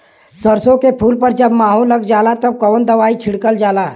सरसो के फूल पर जब माहो लग जाला तब कवन दवाई छिड़कल जाला?